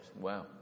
Wow